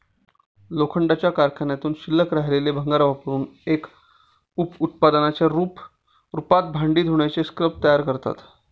लोखंडाच्या कारखान्यातून शिल्लक राहिलेले भंगार वापरुन एक उप उत्पादनाच्या रूपात भांडी धुण्याचे स्क्रब तयार करतात